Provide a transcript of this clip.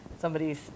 somebody's